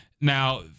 now